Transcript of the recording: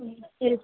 अ